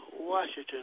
Washington